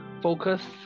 focus